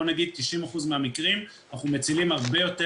ב-90% מהמקרים אנחנו מצילים הרבה יותר